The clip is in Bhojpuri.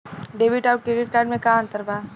डेबिट आउर क्रेडिट कार्ड मे का अंतर बा?